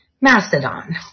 Mastodon